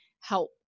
help